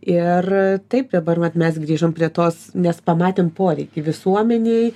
ir taip dabar vat mes grįžom prie tos nes pamatėm poreikį visuomenei